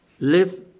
Live